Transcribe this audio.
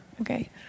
Okay